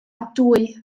dwy